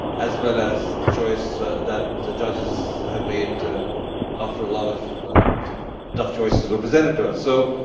as well as the choice that the judges have made after a lot of sort of tough choices were presented to us. so